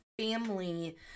family